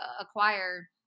acquire